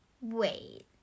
Wait